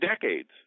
decades